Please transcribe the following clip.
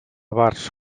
bars